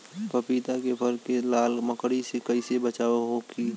पपीता के फल के लाल मकड़ी से कइसे बचाव होखि?